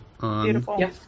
Beautiful